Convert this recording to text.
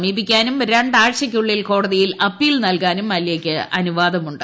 സമീപിക്കാനും രണ്ടാഴ്ചയ്ക്കുളളിൽ കോടതിയിൽ അപ്പീൽ നൽകാനും മല്യയ്ക്ക് അനുവാദമുണ്ട്